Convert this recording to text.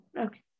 Okay